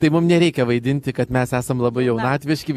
tai mum nereikia vaidinti kad mes esam labai jaunatviški